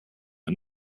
are